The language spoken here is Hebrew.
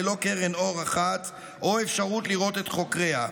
ללא קרן אור אחת או אפשרות לראות את חוקריה,